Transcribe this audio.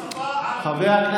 זאת שפה רשמית,